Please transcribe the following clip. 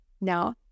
Now